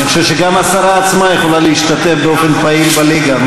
אני חושב שגם השרה עצמה יכולה להשתתף באופן פעיל בליגה,